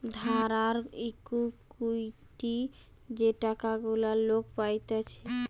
ধার আর ইকুইটি যে টাকা গুলা লোক পাইতেছে